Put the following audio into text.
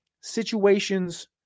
situations